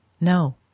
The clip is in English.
No